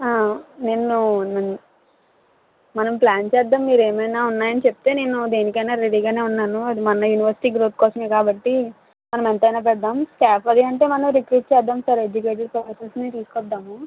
నేను మనం ప్లాన్ చేద్దాం మీరు ఏమైనా ఉన్నాయని చెప్తే నేను దేనికైనా రెడీ గానే ఉన్నాను అది మన యూనివర్సిటీ గ్రోత్ కోసమే కాబట్టి మనం ఎంతైనా చేద్దాం స్టాఫ్ అదీ అంటే మనం రిక్రూట్ చేద్దాం సార్ ఎడ్యుకేటెడ్ పర్సన్స్ నే తీసుకొద్దాము